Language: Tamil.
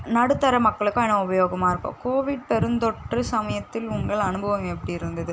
நடுத்தர மக்களுக்கும் இன்னும் உபயோகமாக இருக்கும் கோவிட் பெருந்தொற்று சமயத்தில் உங்கள் அனுபவம் எப்படி இருந்தது